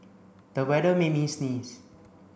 the weather made me sneeze